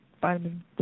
vitamin